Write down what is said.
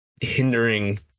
hindering